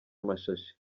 amashashi